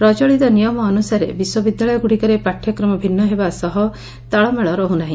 ପ୍ରଚଳିତ ନିୟମ ଅନୁସାରେ ବିଶ୍ୱବିଦ୍ୟାଳୟଗୁଡ଼ିକରେ ପାଠ୍ୟକ୍ରମ ଭିନ୍ନ ହେବା ସହ ତାଳମେଳ ରହୁନାହି